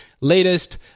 latest